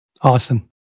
Awesome